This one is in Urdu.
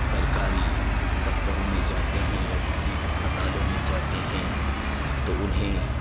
سرکاری دفتروں میں جاتے ہیں یا کسی اسپتالوں میں جاتے ہیں تو انہیں